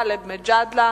יואל חסון,